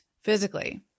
physically